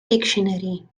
dictionary